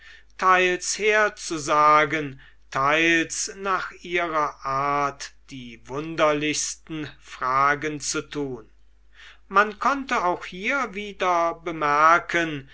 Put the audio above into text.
teils herzusagen teils nach ihrer art die wunderlichsten fragen zu tun man konnte auch hier wieder bemerken